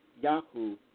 Yahoo